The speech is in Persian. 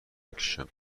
بکشم